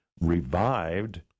revived